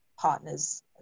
partners